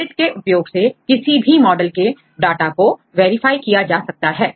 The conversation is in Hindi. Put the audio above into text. गणित के उपयोग से किसी भी मॉडल के डाटा को वेरीफाई किया जा सकता है